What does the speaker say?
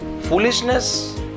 foolishness